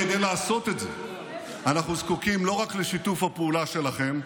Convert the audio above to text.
כדי לעשות את זה אנחנו זקוקים לא רק לשיתוף הפעולה שלכם,